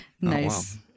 Nice